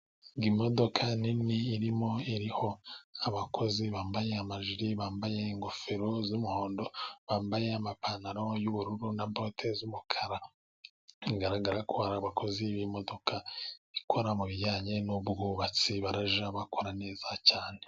Imodoka nini irimo iriho abakozi bambaye amajiri, bambaye ingofero z'umuhondo, bambaye amapantaro y'ubururu na bote z'umukara, bigaragara ko ari abakozi b'imodoka ikora mubijyanye n'ubwubatsi, barajya bakora neza cyane.